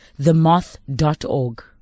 themoth.org